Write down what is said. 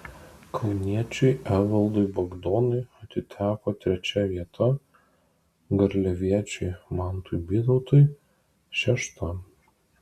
kauniečiui evaldui bagdonui atiteko trečia vieta garliaviečiui mantui bytautui šešta